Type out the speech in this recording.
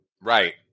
Right